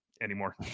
anymore